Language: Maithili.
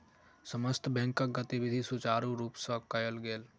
समस्त बैंकक गतिविधि सुचारु रूप सँ कयल गेल